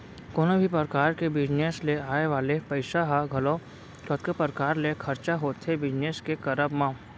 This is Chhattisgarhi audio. कोनो भी परकार के बिजनेस ले आय वाले पइसा ह घलौ कतको परकार ले खरचा होथे बिजनेस के करब म